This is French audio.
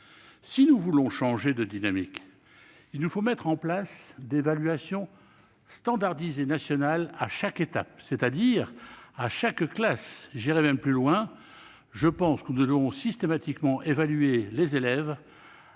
Si nous voulons changer de dynamique, il nous faut mettre en place des évaluations nationales standardisées à chaque étape, c'est-à-dire à chaque classe, et j'irai même plus loin : je pense que nous devons systématiquement évaluer les élèves